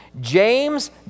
James